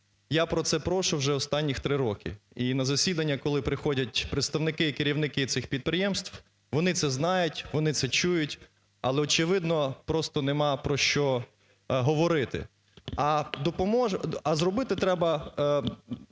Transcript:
я про це прошу останні три роки. І на засідання коли приходять представники, керівники цих підприємств, вони це знають, вони це чують, але, очевидно, просто нема про що говорити. А зробити треба